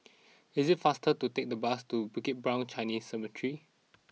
it is faster to take the bus to Bukit Brown Chinese Cemetery